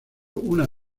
una